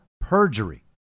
perjury